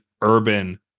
urban